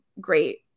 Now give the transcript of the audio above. great